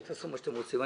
תעשו מה שאתם רוצים.